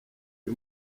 jya